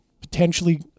potentially